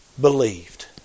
believed